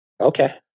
Okay